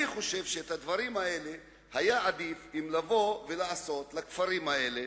אני חושב שאת הדברים האלה היה עדיף לבוא ולעשות לכפרים האלה,